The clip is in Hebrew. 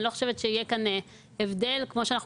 אני לא חושבת שיהיה כאן הבדל; כמו שאנחנו